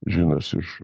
džinas iš